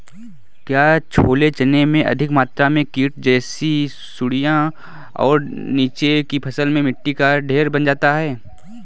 क्या छोले चने में अधिक मात्रा में कीट जैसी सुड़ियां और नीचे की फसल में मिट्टी का ढेर बन जाता है?